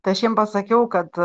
tai aš jiem pasakiau kad